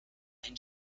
einen